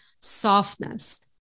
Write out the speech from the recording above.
softness